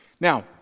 Now